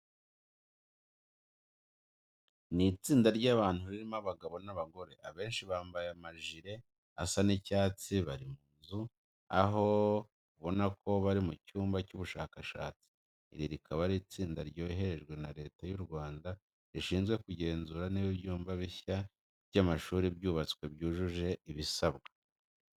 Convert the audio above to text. Ni itsinda ry'abantu ririmo abagabo n'abagore, abenshi bambaye amajire asa icyatsi bari mu nzu aho ubona ko bari mu cyumba cy'ubushakashatsi. Iri rikaba ari itsinda ryoherejwe na Leta y'u Rwanda rishinzwe kugenzura niba ibyumba bishya by'amashuri byubatswe byujuje ibisabwa.